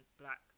black